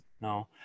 no